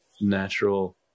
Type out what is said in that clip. natural